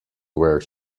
where